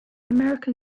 american